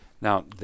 now